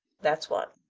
that's what,